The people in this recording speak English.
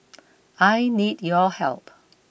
I need your help